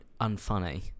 unfunny